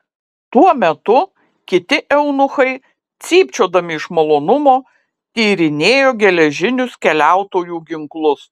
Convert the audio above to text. tuo metu kiti eunuchai cypčiodami iš malonumo tyrinėjo geležinius keliautojų ginklus